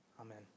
Amen